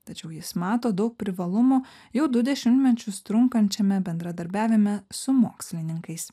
tačiau jis mato daug privalumų jau du dešimtmečius trunkančiame bendradarbiavime su mokslininkais